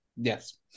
Yes